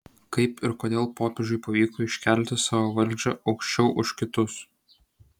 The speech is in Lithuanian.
kaip ir kodėl popiežiui pavyko iškelti savo valdžią aukščiau už kitus